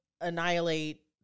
annihilate